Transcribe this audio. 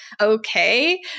Okay